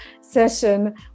session